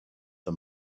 the